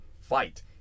fight